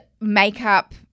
makeup